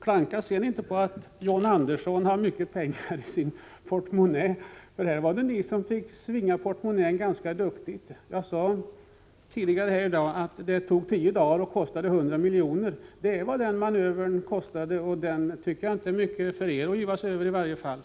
Klaga sedan inte på att John Andersson har mycket pengar i sin portmonnä, för här var det ni som fick svinga portmonnän ganska duktigt. Jag sade tidigare här i dag att det tog tio dagar och kostade 100 milj.kr. Det är vad den här manövern kostade er, och jag tycker inte att ni hade mycket att yvas över i det sammanhanget.